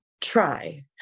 try